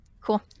Cool